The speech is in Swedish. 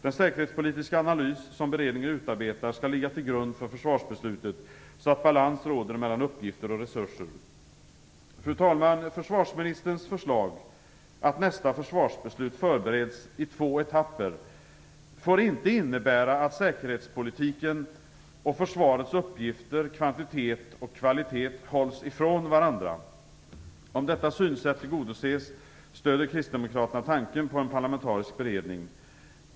Den säkerhetspolitiska analys som beredningen utarbetar skall ligga till grund för försvarsbeslutet så att balans råder mellan uppgifter och resurser. Fru talman! Försvarsministerns förslag att nästa försvarsbeslut skall förberedas i två etapper får inte innebära att säkerhetspolitiken och försvarets uppgifter, kvantitet och kvalitet hålls ifrån varandra. Om detta synsätt tillgodoses stöder kristdemokraterna tanken på en parlamentarisk beredning.